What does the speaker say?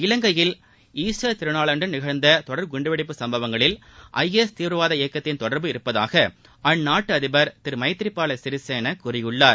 இலங்கையில் ஈஸ்டர் திருநாளன்று நிகழ்ந்த தொடர் குண்டு வெடிப்பு சம்பவங்களில் ஐஎஸ் தீவிரவாத இயக்கத்தின் தொடர்பு உள்ளதாக அந்நாட்டு அதிபர் திரு மைத்ரி பால சிறிசேனா கூறியுள்ளார்